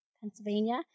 Pennsylvania